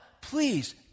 please